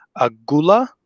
Agula